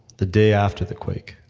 the day after the quake,